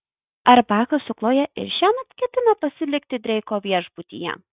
ar bakas su chloje ir šiąnakt ketina pasilikti dreiko viešbutyje